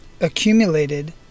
accumulated